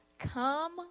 Come